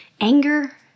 anger